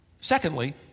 Secondly